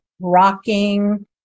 rocking